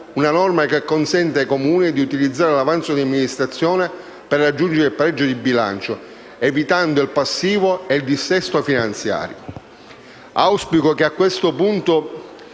una norma che consenta ai Comuni di utilizzare l'avanzo di amministrazione per raggiungere il pareggio di bilancio, evitando il passivo e il dissesto finanziario. Auspico che a questo impegno